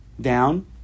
down